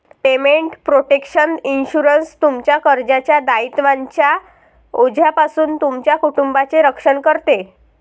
payment protection insurance, तुमच्या कर्जाच्या दायित्वांच्या ओझ्यापासून तुमच्या कुटुंबाचे रक्षण करते